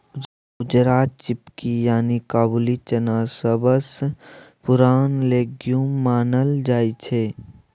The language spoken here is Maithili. उजरा चिकपी यानी काबुली चना सबसँ पुरान लेग्युम मानल जाइ छै